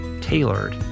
tailored